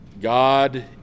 god